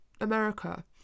America